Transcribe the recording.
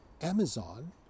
Amazon